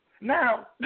Now